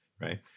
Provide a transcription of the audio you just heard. right